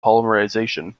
polymerization